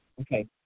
okay